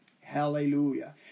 Hallelujah